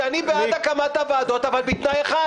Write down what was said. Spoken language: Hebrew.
שאני בעד הקמת הוועדות אבל בתנאי אחד: